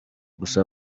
gusa